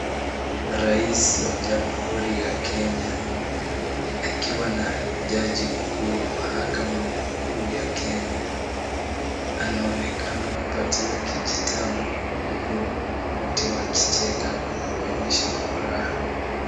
Rais wa jamhuri ya Kenya akiwa na jaji mkuu wa mahakama mkuu ya Kenya. Anaonekana kupatiwa kijitabu huku wote wakicheka kwa kuonyesha furaha.